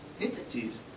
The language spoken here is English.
entities